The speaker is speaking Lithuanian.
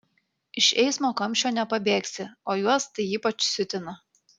iš eismo kamščio nepabėgsi o juos tai ypač siutina